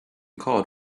called